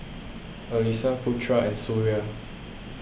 Alyssa Putra and Suria